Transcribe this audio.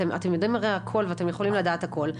אתם יודעים הרי הכל ואתם יכולים לדעת הכל,